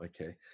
Okay